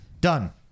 Done